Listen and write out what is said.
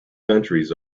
countries